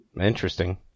Interesting